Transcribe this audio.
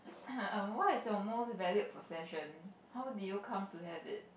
what is your most valued possession how did you come to have it